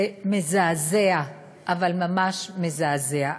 זה מזעזע, אבל ממש מזעזע.